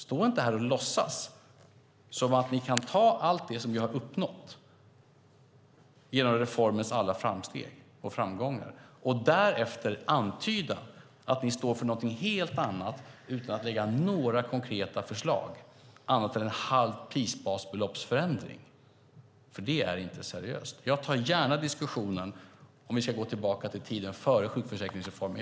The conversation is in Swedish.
Stå inte här och låtsas som att ni kan ta allt det som vi har uppnått genom reformens alla framsteg och framgångar och därefter antyda att ni står för någonting helt annat utan att lägga fram några konkreta förslag annat än en förändring på ett halvt prisbasbelopp! Det är inte seriöst. Jag tar gärna diskussionen om huruvida vi ska gå tillbaka till tiden före sjukförsäkringsreformen.